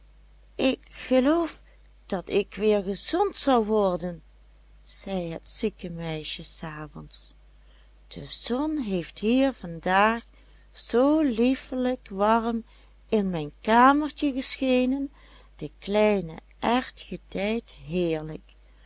ik geloof dat ik weer gezond zal worden zei het zieke meisje s avonds de zon heeft hier vandaag zoo liefelijk warm in mijn kamertje geschenen de kleine erwt gedijt heerlijk